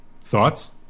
Thoughts